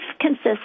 consists